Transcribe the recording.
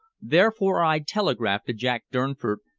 therefore i telegraphed to jack durnford,